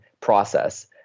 process